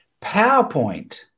PowerPoint